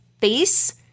face